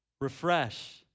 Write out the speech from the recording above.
Refresh